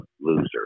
loser